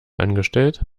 angestellt